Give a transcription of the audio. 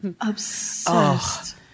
obsessed